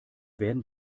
werden